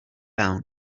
down